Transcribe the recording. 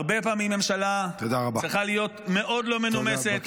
הרבה פעמים ממשלה צריכה להיות מאוד לא מנומסת,